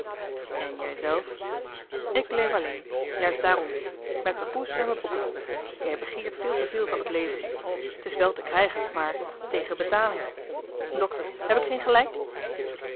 en jijzelf ik leef alleen juist daarom met me poes en me boeken jij begeert veel te veel van het leven t is wel te krijgen maar tegen betaling dokter heb ik geen gelijk